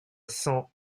cents